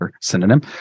synonym